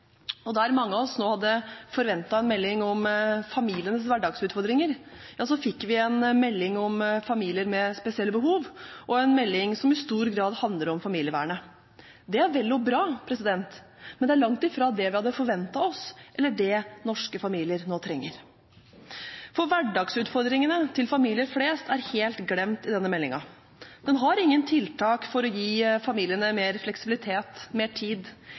Og der mange av oss nå hadde forventet en melding om familienes hverdagsutfordringer, fikk vi en melding om familier med spesielle behov, og en melding som i stor grad handler om familievernet. Det er vel og bra, men det er langt fra det vi hadde forventet oss, eller det norske familier nå trenger. Hverdagsutfordringene til familier flest er helt glemt i denne meldingen. Den har ingen tiltak for å gi familiene mer fleksibilitet, mer tid,